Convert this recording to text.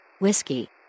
Whiskey